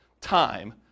time